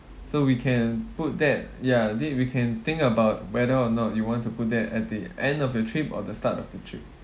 so we can put that ya did we can think about whether or not you want to put that at the end of your trip or the start of the trip